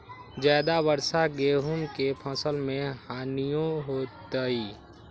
ज्यादा वर्षा गेंहू के फसल मे हानियों होतेई?